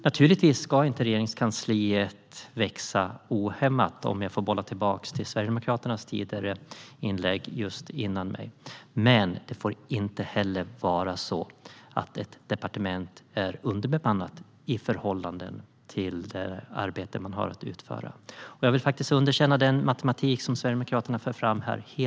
Naturligtvis ska Regeringskansliet inte växa ohämmat, om jag får bolla tillbaka till Socialdemokraternas inlägg här tidigare, men ett departement får heller inte vara underbemannat i förhållande till det arbete man har att utföra. Jag vill helt och fullt underkänna den matematik som Sverigedemokraterna för fram här.